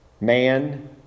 Man